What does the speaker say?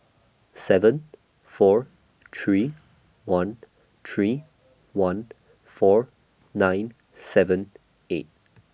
seven four three one three one four nine seven eight